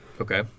Okay